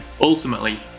Ultimately